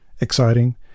exciting